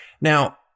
now